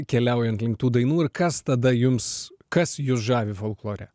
keliaujant link tų dainų ir kas tada jums kas jus žavi folklore